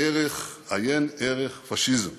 עיין ערך: פאשיזם.